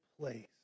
place